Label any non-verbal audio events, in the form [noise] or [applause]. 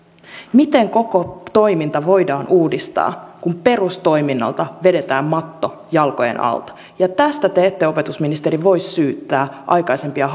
miten koko toiminta voidaan uudistaa kun perustoiminnalta vedetään matto jalkojen alta tästä te ette opetusministeri voi syyttää aikaisempia [unintelligible]